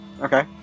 okay